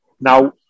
Now